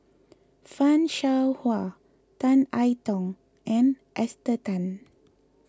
Fan Shao Hua Tan I Tong and Esther Tan